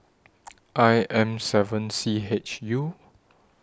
I M seven C H U